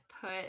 put